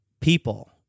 people